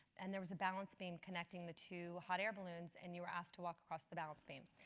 and there was a balance beam connecting the two hot air balloons and you were asked to walk across the balance beam.